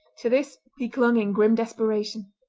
to this he clung in grim desperation.